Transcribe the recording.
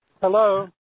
hello